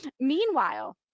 Meanwhile